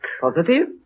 Positive